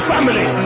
family